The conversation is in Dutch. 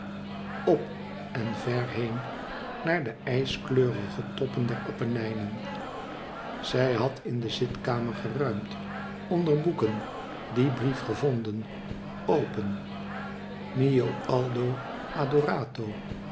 op en ver neen naar de ijskleurige toppen der appenijnen zij had in de zitkamer geruimd onder boeken dien brief gevonden open mio aldo adorato